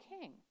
king